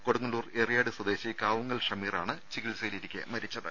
കൊടുങ്ങല്ലൂർ എറിയാട് സ്വദേശി കാവുങ്ങൽ ഷമീറാണ് ചികിത്സയിലിരിക്കെ മരിച്ചത്